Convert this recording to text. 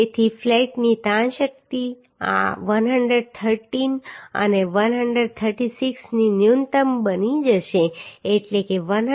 તેથી ફ્લેટની તાણ શક્તિ આ 113 અને 136 ની ન્યૂનતમ બની જશે એટલે કે 113